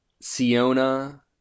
Siona